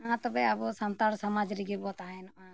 ᱢᱟ ᱛᱚᱵᱮ ᱟᱵᱚ ᱥᱟᱱᱛᱟᱲ ᱥᱚᱢᱟᱡᱽ ᱨᱮᱜᱮ ᱵᱚ ᱛᱟᱦᱮᱱᱚᱜᱼᱟ